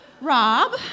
Rob